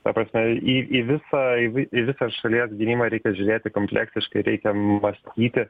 ta prasme į į visą jeigu į į visas šalies gynybą reikia žiūrėti kompleksiškai reikia mąstyti